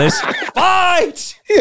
Fight